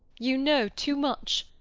you know too much.